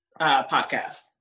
podcast